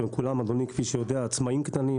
שהם כולם עצמאים קטנים,